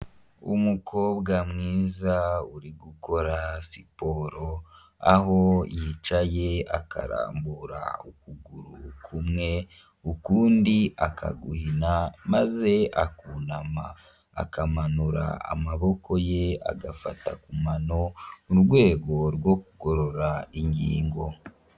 wUmukobwa mwiza uri gukora siporo, aho yicaye akarambura ukuguru kumwe, ukundi akaguhina maze akunama akamanura amaboko ye agafata ku mano, mu rwego rwo kugorora ingingo.